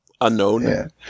unknown